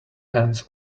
hands